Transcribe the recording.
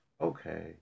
Okay